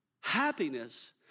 happiness